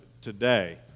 today